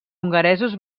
hongaresos